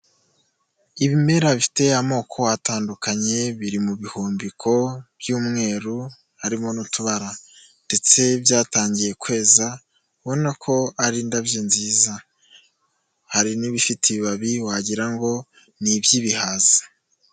Ibimera bifite amoko atandukanye biri mu bihumbiko by'umweru, harimo n'utubara ndetse byatangiye kweza ubona ko ari indabyo nziza, hari n'ibifite ibibabi wagirango ngo ni iby'ibihaza.